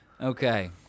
Okay